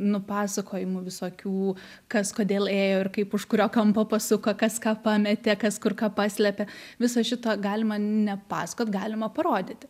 nupasakojimų visokių kas kodėl ėjo ir kaip už kurio kampo pasuko kas ką pametė kas kur ką paslėpė viso šito galima nepasakot galima parodyti